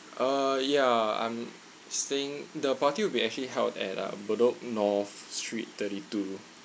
uh yeah I'm staying the party will be actually held at uh bedok north street thirty two